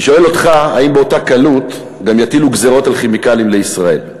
אני שואל אותך: האם באותה קלות גם יטילו גזירות על "כימיקלים לישראל"?